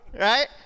right